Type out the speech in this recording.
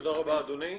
תודה רבה אדוני.